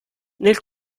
nel